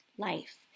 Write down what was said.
life